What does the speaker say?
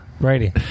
Brady